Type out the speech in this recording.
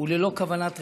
הוא ללא כוונת רווח,